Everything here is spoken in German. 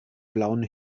blauen